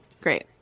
great